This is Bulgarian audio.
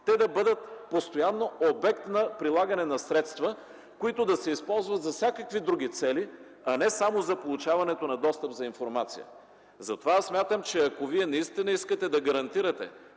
да бъдат постоянно обект на прилагане на средства, които да се използват за всякакви други цели, а не само за получаването на достъп до информация. Смятам, че ако вие наистина искате да гарантирате